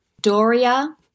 Doria